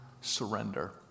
surrender